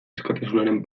askatasunaren